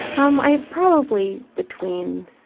um, i probably, between,